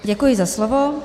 Děkuji za slovo.